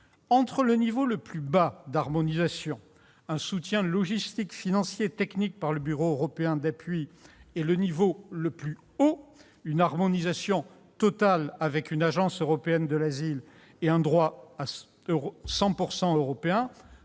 Entre le niveau le plus bas d'harmonisation- un soutien logistique, financier et technique par le bureau européen d'appui -et le niveau le plus haut- une harmonisation totale, avec une agence européenne de l'asile et un droit 100 % européen,